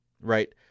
right